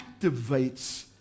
activates